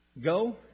Go